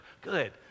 good